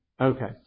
Okay